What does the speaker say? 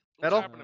metal